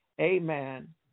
Amen